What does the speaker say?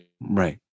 Right